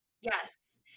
Yes